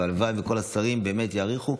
הלוואי שכל השרים באמת יעריכו,